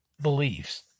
beliefs